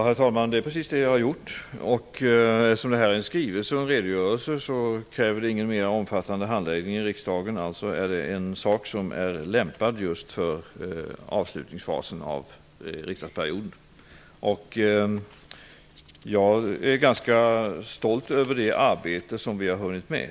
Herr talman! Det är precis vad jag har gjort. Eftersom det här är en skrivelse och en redogörelse krävs det ingen mer omfattande handläggning i riksdagen, och alltså är det ett ärende som är lämpat just för avslutningsfasen av riksdagsperioden. Jag är ganska stolt över det arbete som vi har hunnit med.